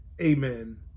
amen